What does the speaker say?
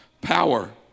power